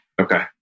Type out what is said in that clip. Okay